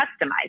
customize